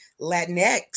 Latinx